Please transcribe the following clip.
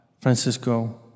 Francisco